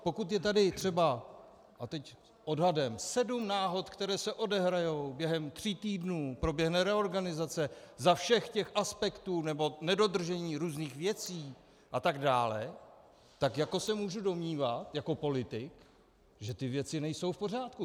Pokud je tady třeba, a teď odhadem, sedm náhod, které se odehrají během tří týdnů, proběhne reorganizace za všech těch aspektů nebo nedodržení různých věcí atd., tak jako se můžu domnívat jako politik, že ty věci nejsou v pořádku.